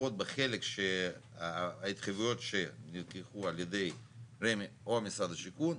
לפחות בחלק שההתחייבויות שנלקחו על ידי רמ"י או משרד השיכון,